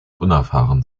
unerfahren